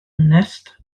ernest